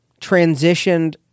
transitioned